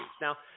Now